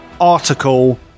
article